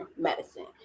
medicine